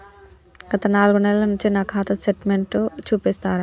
గత నాలుగు నెలల నుంచి నా ఖాతా స్టేట్మెంట్ చూపిస్తరా?